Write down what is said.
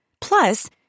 Plus